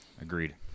agreed